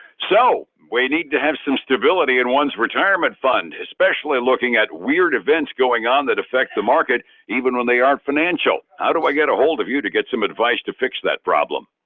so, we need to have some stability in one's retirement fund, especially looking at weird events going on that affects the market even when they aren't financial. how do i get a hold of you to get some advice to fix that problem?